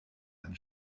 ein